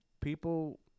people